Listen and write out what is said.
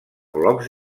blocs